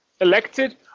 elected